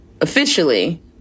officially